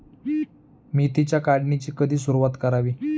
मेथीच्या काढणीची कधी सुरूवात करावी?